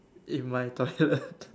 in my toilet